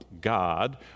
God